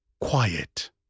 quiet